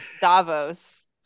Davos